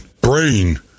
brain